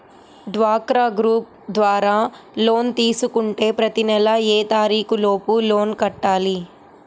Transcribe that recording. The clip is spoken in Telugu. డ్వాక్రా గ్రూప్ ద్వారా లోన్ తీసుకుంటే ప్రతి నెల ఏ తారీకు లోపు లోన్ కట్టాలి?